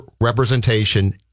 representation